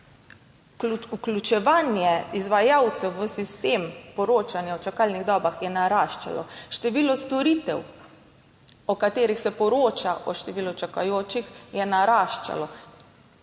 vključevanje izvajalcev v sistem poročanja o čakalnih dobah je naraščalo, število storitev, o katerih se poroča, o številu čakajočih je naraščalo,